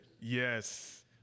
Yes